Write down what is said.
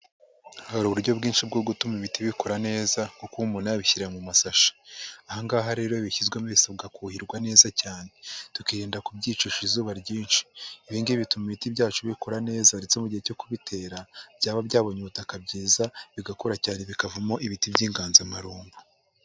Hari uburyo bwinshi bwo gutuma imiti bikura neza, nko kuba umuntu yabishyira mu masashi. Ahangaha rero bishyizwemo bisabwa kuhirwa neza cyane, tukirinda kubyicisha izuba ryinshi. Ibi ngibi bituma ibiti byacu bikura neza ndetse mu gihe cyo kubitera, byaba byabonye ubutaka byiza bigakura cyane bikavamo ibiti by'inganzamarumbo.